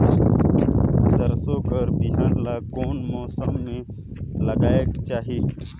सरसो कर बिहान ला कोन मौसम मे लगायेक चाही?